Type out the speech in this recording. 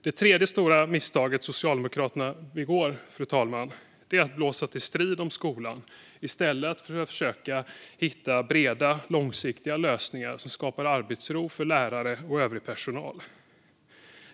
Det tredje stora misstaget Socialdemokraterna begår, fru talman, är att blåsa till strid om skolan i stället för att försöka hitta breda, långsiktiga lösningar som skapar arbetsro för lärare och övrig personal.